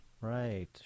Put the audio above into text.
right